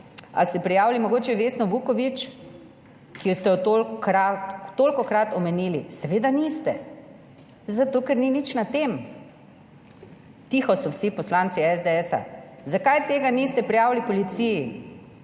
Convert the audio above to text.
Ali ste prijavili mogoče Vesno Vuković, ki ste jo tolikokrat omenili? Seveda niste, zato ker ni nič na tem. Tiho so vsi poslanci SDS. Zakaj tega niste prijavili policiji?